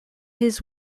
his